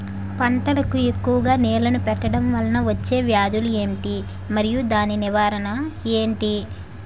పంటలకు ఎక్కువుగా నీళ్లను పెట్టడం వలన వచ్చే వ్యాధులు ఏంటి? మరియు దాని నివారణ ఏంటి?